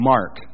Mark